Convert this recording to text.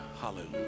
Hallelujah